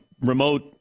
remote